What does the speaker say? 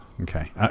Okay